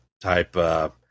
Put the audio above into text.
type